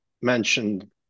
mentioned